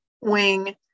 wing